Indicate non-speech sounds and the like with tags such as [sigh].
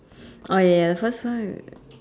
oh ya the first one [noise]